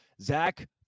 Zach